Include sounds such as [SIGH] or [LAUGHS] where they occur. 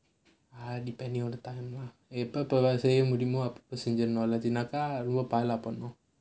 ah depending on the time lah எப்போ போறது:eppo porathu [LAUGHS]